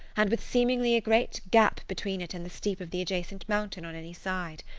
and with seemingly a great gap between it and the steep of the adjacent mountain on any side.